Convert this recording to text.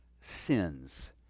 sins